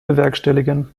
bewerkstelligen